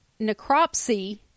necropsy